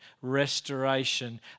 restoration